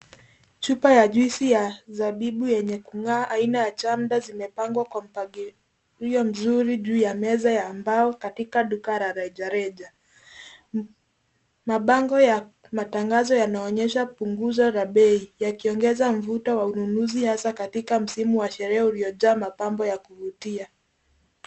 Chupa ya juice ya zabibu yenye kung'aa aina ya chamdor zimepangwa kwa mpangilio mzuri juu ya meza ya mbao katika duka la rejareja. Mabango ya matangazo yanaonyesha kupunguzwa kwa bei, yakiongeza mvuto wa ununuzi hasa katika msimu wa sherehe uliojaa mapambo ya kuvutia.